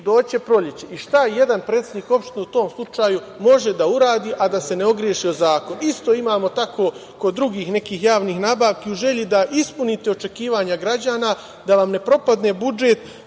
će proleće. I šta jedan predsednik opštine u tom slučaju može da uradi a da se ne ogreši o zakon? Isto to imamo i kod nekih drugih javnih nabavki. U želji da ispunite očekivanja građana, da vam ne propadne budžet,